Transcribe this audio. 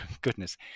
goodness